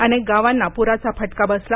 अनेक गावांना पराचा फटका बसला